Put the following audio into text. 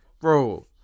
Bro